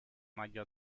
maglia